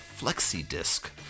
flexi-disc